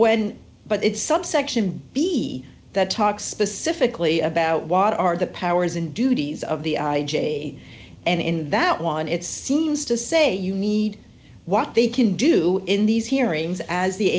when but it's subsection b that talks specifically about water are the powers and duties of the i j a and in that one it seems to say you need what they can do in these hearings as the